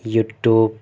YouTube